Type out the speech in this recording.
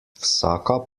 vsaka